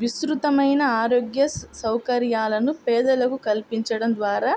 విస్తృతమైన ఆరోగ్య సౌకర్యాలను పేదలకు కల్పించడం ద్వారా